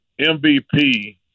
MVP